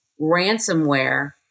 ransomware